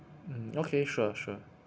mm okay sure sure